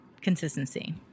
consistency